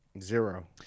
Zero